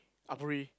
aburi